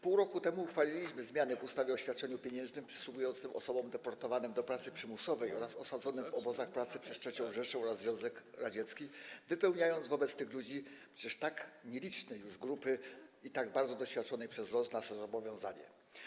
Pół roku temu uchwaliliśmy zmiany w ustawie o świadczeniu pieniężnym przysługującym osobom deportowanym do pracy przymusowej oraz osadzonym w obozach pracy przez III Rzeszę i Związek Radziecki, wypełniając wobec tych ludzi - przecież tak nielicznej już grupy i tak bardzo doświadczonej przez los - nasze zobowiązanie.